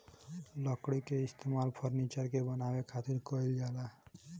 लकड़ी के इस्तेमाल फर्नीचर के बानवे खातिर कईल जाला